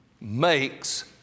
makes